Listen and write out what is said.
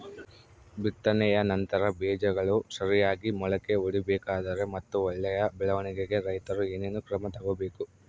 ಬಿತ್ತನೆಯ ನಂತರ ಬೇಜಗಳು ಸರಿಯಾಗಿ ಮೊಳಕೆ ಒಡಿಬೇಕಾದರೆ ಮತ್ತು ಒಳ್ಳೆಯ ಬೆಳವಣಿಗೆಗೆ ರೈತರು ಏನೇನು ಕ್ರಮ ತಗೋಬೇಕು?